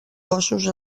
cossos